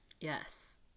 yes